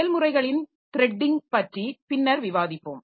செயல்முறைகளின் த்ரெடிங் பற்றி பின்னர் விவாதிப்போம்